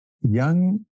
young